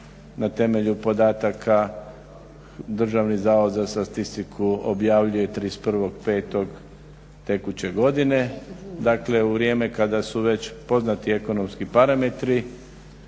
na temelju podataka Državni zavod za statistiku objavljuje 31.05. tekuće godine. Dakle, u vrijeme kada su već poznati ekonomski parametri.